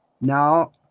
Now